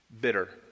Bitter